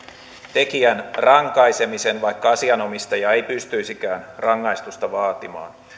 tekijän rankaisemisen vaikka asianomistaja ei pystyisikään rangaistusta vaatimaan